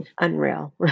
unreal